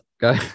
go